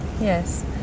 Yes